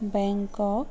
Bangkok